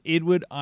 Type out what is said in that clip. Edward